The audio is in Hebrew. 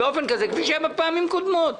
נפעל כפי שהיה בפעמים קודמות.